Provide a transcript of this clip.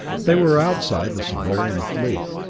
they were outside the solarian fleet,